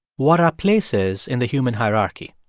what our place is in the human hierarchy.